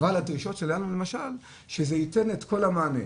אבל הדרישה שלנו למשל שזה ייתן את כל המענה,